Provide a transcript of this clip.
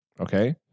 okay